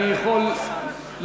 אני יכול לפרוטוקול,